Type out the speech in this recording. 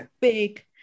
big